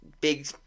big